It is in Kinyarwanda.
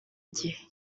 gihe